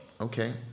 Okay